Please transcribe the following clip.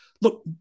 Look